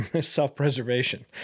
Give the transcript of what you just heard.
self-preservation